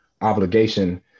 obligation